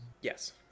Yes